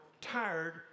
tired